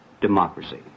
democracy